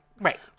Right